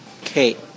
Kate